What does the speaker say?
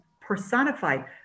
personified